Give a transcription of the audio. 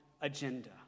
agenda